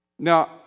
Now